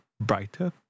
brighter